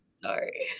Sorry